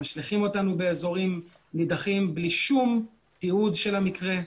משליכים אותנו באזורים נידחים בלי שום תיעוד של המקרה.